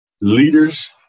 leaders